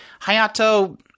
Hayato